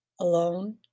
alone